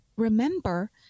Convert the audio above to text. Remember